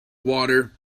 water